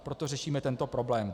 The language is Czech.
Proto řešíme tento problém.